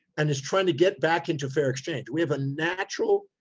and it's trying to get back into fair exchange. we have a natural,